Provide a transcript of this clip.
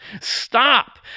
stop